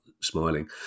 smiling